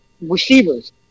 receivers